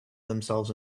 themselves